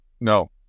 No